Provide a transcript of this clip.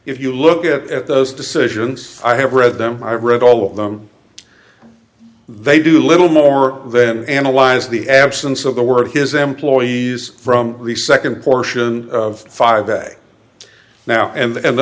if you look at those decisions i have read them i read all of them they do little more than analyze the absence of the word his employees from the second portion of five day now and man